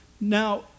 Now